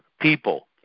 people